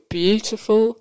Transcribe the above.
beautiful